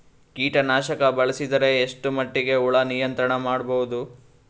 ಕೀಟನಾಶಕ ಬಳಸಿದರ ಎಷ್ಟ ಮಟ್ಟಿಗೆ ಹುಳ ನಿಯಂತ್ರಣ ಮಾಡಬಹುದು?